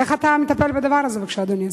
איך אתה מטפל בדבר הזה, בבקשה, אדוני השר?